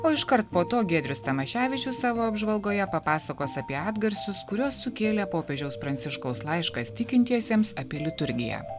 o iškart po to giedrius tamaševičius savo apžvalgoje papasakos apie atgarsius kuriuos sukėlė popiežiaus pranciškaus laiškas tikintiesiems apie liturgiją